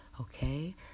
Okay